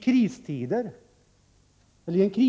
med räls för ett så tekniskt utvecklat land som Sverige.